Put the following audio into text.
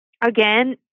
again